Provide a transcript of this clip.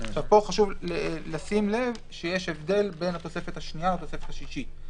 פה חשוב לשים לב שיש הבדל בין התוספת השנייה לתוספת השישית.